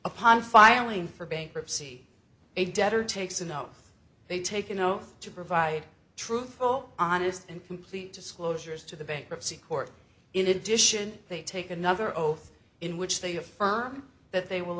upon firing for bankruptcy a debtor takes enough they take an oath to provide truthful honest and complete disclosures to the bankruptcy court in addition they take another oath in which they affirm that they will